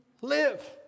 live